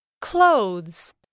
Clothes